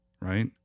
right